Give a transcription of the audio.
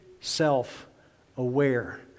self-aware